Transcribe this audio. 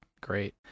great